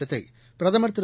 திட்டத்தை பிரதமர் திரு